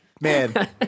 Man